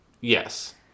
Yes